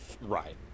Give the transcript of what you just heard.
Right